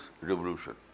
revolution